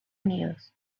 unidos